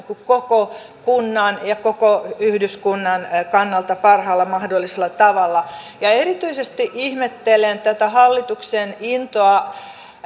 koko kunnan ja koko yhdyskunnan kannalta parhaalla mahdollisella tavalla erityisesti ihmettelen tätä hallituksen intoa